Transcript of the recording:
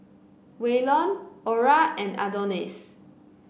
Waylon Orah and Adonis